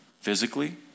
physically